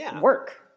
work